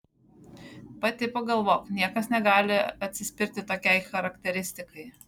pati pagalvok niekas negali atsispirti tokiai charakteristikai